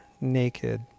naked